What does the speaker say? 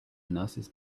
nurses